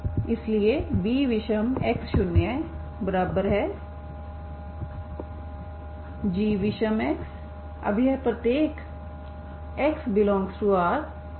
इसलिए vविषमx0gविषमx अब यह प्रत्येक ∀x∈R t0 के लिए है